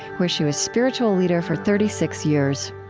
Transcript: where she was spiritual leader for thirty six years.